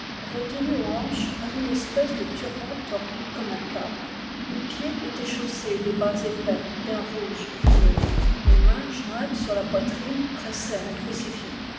retenu aux hanches par une espèce de turban tordu comme un câble les pieds étaient chaussés de bas épais d'un rouge vineux les mains jointes sur la poitrine pressaient un crucifix